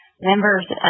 members